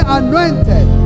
anointed